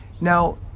Now